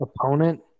opponent